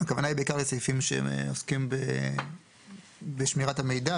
הכוונה היא בעיקר לסעיפים שעוסקים בשמירת המידע,